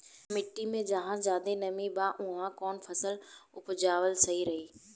मिट्टी मे जहा जादे नमी बा उहवा कौन फसल उपजावल सही रही?